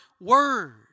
word